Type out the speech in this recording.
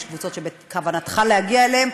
יש קבוצות שבכוונתך להגיע אליהן,